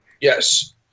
yes